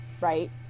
right